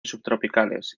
subtropicales